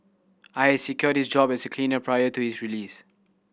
I had secured his job as a cleaner prior to his release